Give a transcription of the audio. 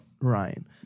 Ryan